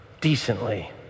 decently